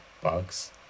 bugs